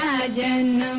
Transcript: um again